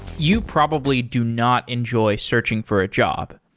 you probably do not enjoy searching for a job.